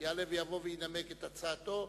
יעלה ויבוא וינמק את הצעתו,